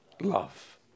love